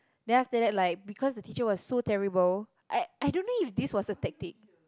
then after that like because the teacher was so terrible I I don't know if this was a tactic